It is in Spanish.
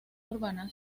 urbana